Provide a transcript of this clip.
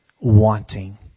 wanting